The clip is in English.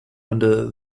under